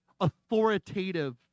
authoritative